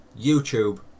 YouTube